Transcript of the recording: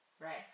right